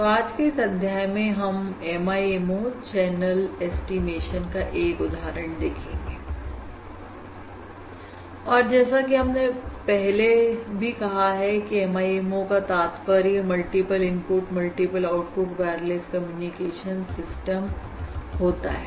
तो आज के इस अध्याय में हम MIMO चैनल ऐस्टीमेशन का एक उदाहरण देखेंगे और जैसा कि हम पहले ही कह चुके हैं की MIMO का तात्पर्य multiple input multiple output wireless communication system होता है